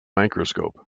microscope